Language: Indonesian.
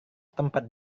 tempat